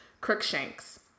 crookshanks